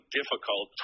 difficult